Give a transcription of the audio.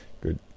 good